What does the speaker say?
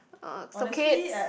uh so Kate's